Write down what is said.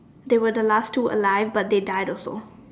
they were the last two alive but they died also